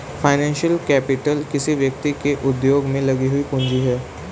financial capital किसी व्यक्ति के उद्योग में लगी हुई पूंजी है